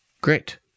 great